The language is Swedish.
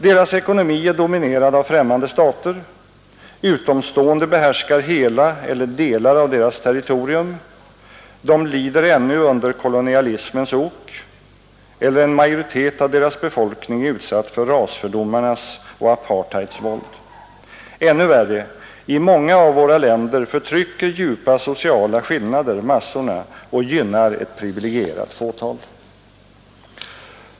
Deras ekonomi är dominerad av främmande stater; utomstående behärskar hela eller delar av deras territorium; de lider ännu under kolonialismens ok; eller en majoritet av deras befolkning är utsatt för rasfördomarnas och apartheids våld. Ännu värre, i många av våra länder förtrycker djupa sociala skillnader massorna och gynnar ett priviligierat fåtal.